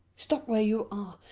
stop where you are.